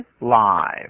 live